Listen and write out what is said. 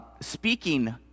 speaking—